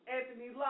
Anthony